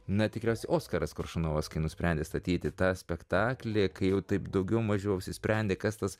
na tikras oskaras koršunovas kai nusprendė statyti tą spektaklį kai jau taip daugiau mažiau apsisprendė kas tas